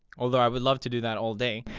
although i would love to do that all day.